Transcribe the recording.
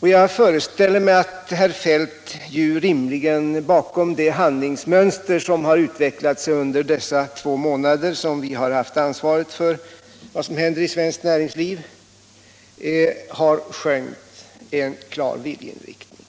Jag föreställer mig att herr Feldt rimligen bakom det handlingsmönster som har utvecklat sig under de två månader vi haft ansvar för vad som händer i svenskt näringsliv har skönjt en klar viljeinriktning.